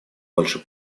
больше